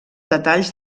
detalls